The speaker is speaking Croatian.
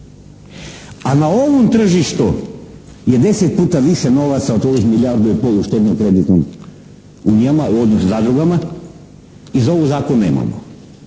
A na ovom tržištu je 10 puta više novaca od ovih milijardu i pol u štedno-kreditnim unijama, odnosno zadrugama i za ovo zakon nemamo.